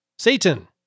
Satan